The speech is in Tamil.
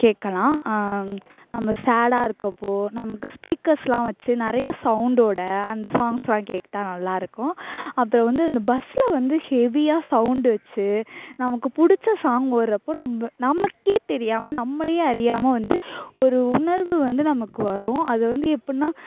கேட்கலாம் நம்ம ஸேடாக இருக்கறப்போ நமக்கு ஸ்பீக்கர்ஸ் எல்லாம் வச்சு நிறைய சவுண்டோட அந்த சாங்க்ஸ் எல்லாம் கேட்டால் நல்லா இருக்கும் அப்புறம் வந்து இந்த பஸ்ஸில் வந்து ஹெவியாக சவுண்டு வச்சு நமக்கு பிடிச்ச சாங்க் வர்றப்போ நம்ப நமக்கே தெரியாமல் நம்மளயே அறியாமல் வந்து ஒரு உணர்வு வந்து நமக்கு வரும் அது வந்து எப்புடினா